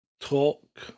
talk